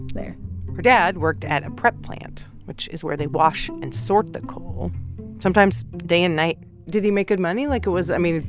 there her dad worked at a prep plant, which is where they wash and sort the coal sometimes day and night did he make good money? like, was i mean,